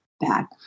back